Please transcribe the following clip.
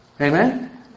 Amen